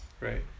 right